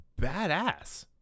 badass